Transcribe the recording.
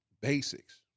basics